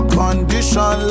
condition